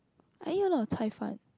I eat a lot of Cai Fan